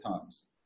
times